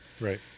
Right